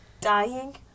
dying